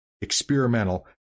experimental